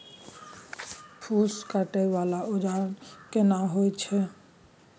फूस काटय वाला औजार केना होय छै?